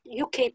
UK